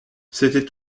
c’était